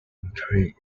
increased